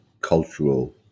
cultural